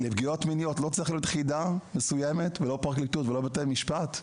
לפגיעות מיניות לא צריך להיות יחידה מסוימת ולא פרקליטות ולא בתי משפט?